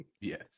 Yes